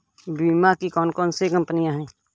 बीमा की कौन कौन सी कंपनियाँ हैं?